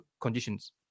conditions